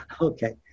Okay